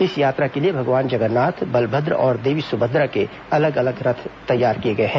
इस यात्रा के लिए भगवान जगन्नाथ बलभद्र और देवी सुभद्रा के अलग अलग रथ बनाए गए हैं